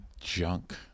Junk